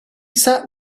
sat